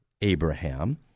Abraham